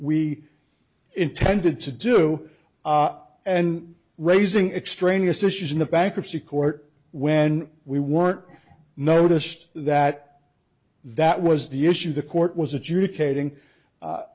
we intended to do and raising extraneous issues in the bankruptcy court when we weren't noticed that that was the issue the court was a